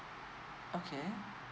okay